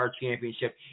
championship